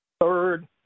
Third